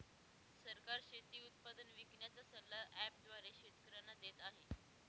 सरकार शेती उत्पादन विकण्याचा सल्ला ॲप द्वारे शेतकऱ्यांना देते आहे